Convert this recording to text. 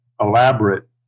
elaborate